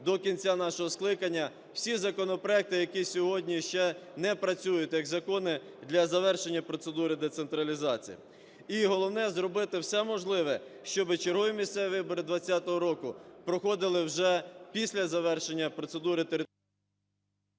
до кінця нашого скликання всі законопроекти, які сьогодні ще не працюють як закони для завершення процедури децентралізації. І головне – зробити все можливе, щоб чергові місцеві вибори 20-го року проходили вже після завершення процедури…